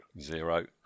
Zero